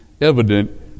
evident